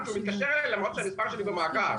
כי הוא מתקשר אליי למרות שהמספר שלי במאגר.